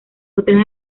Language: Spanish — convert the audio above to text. otras